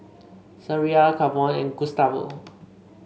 Sariah Kavon and Gustavo